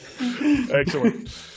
excellent